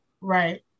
right